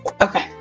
Okay